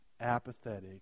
apathetic